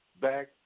back